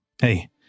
hey